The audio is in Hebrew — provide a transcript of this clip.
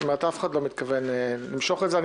אף אחד לא מתכוון למשוך את זה.